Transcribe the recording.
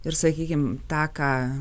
ir sakykim tą ką